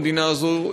במדינה הזאת,